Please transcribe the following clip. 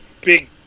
big